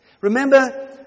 Remember